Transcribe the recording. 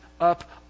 up